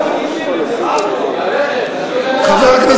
חבר הכנסת